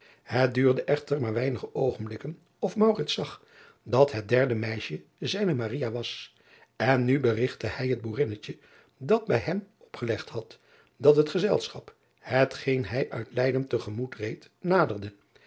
et duurde echter maar weinige oogenblikken of zag dat het derde meisje zijne was en nu berigtte hij het oerinnetje dat bij hem opgelegd had dat het gezelschap hetgeen hij uit eyden te gemoet reed naderde